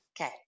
Okay